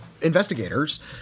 investigators